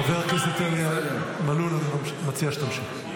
חבר הכנסת מלול, אני מציע שתמשיך.